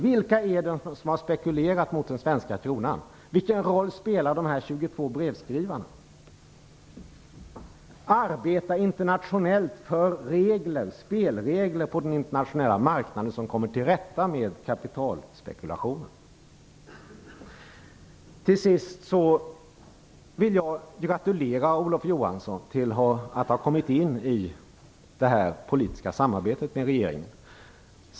Vem är det som har spekulerat mot den svenska kronan? Vilken roll spelar de 22 brevskrivarna? Arbeta internationellt för spelregler på den internationella marknaden som kommer till rätta med kapitalspekulationen! Till sist vill jag gratulera Olof Johansson till att ha kommit in i det politiska samarbetet med regeringen.